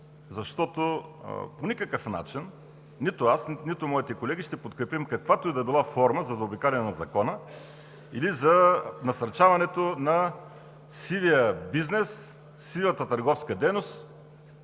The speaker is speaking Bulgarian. защото по никакъв начин нито аз, нито моите колеги ще подкрепим каквато и да е била форма на заобикаляне на Закона или за насърчаването на сивия бизнес, сивата търговска дейност,